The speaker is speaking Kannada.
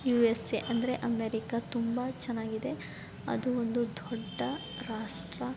ಯು ಎಸ್ ಎ ಅಂದರೆ ಅಮೇರಿಕಾ ತುಂಬ ಚೆನ್ನಾಗಿದೆ ಅದು ಒಂದು ದೊಡ್ಡ ರಾಷ್ಟ್ರ